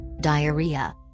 diarrhea